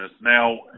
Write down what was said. Now